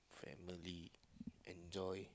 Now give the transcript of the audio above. family enjoy